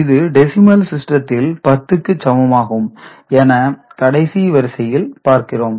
இது டெசிமல் சிஸ்டத்தில் 10 க்கு சமமாகும் என கடைசி வரிசையில் பார்க்கிறோம்